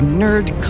nerd